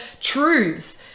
truths